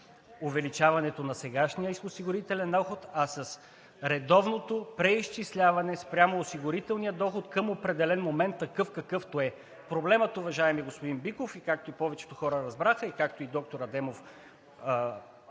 с увеличаването на сегашния осигурителен доход, а с редовното преизчисляване спрямо осигурителния доход към определен момент – такъв, какъвто е. Проблемът, уважаеми господин Биков, както повечето хора разбраха, както и доктор Адемов